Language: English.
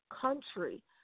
country